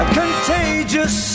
contagious